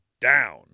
down